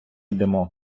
йдемо